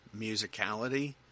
musicality